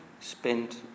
spent